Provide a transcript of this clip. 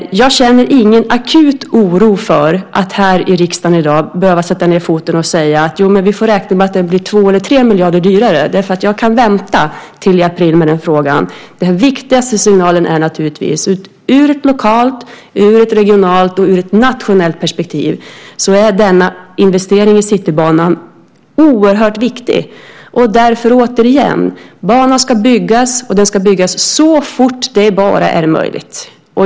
Jag känner ingen akut oro för att här i riksdagen i dag behöva sätta ned foten och säga att vi får räkna med att det blir 2 eller 3 miljarder dyrare, därför att jag kan vänta till april med den frågan. Den viktigaste signalen är naturligtvis, ur ett lokalt, ur ett regionalt och ur ett nationellt perspektiv, att denna investering i Citybanan är oerhört viktig. Därför återigen: Banan ska byggas, och den ska byggas så fort det bara är möjligt.